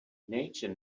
nature